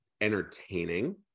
entertaining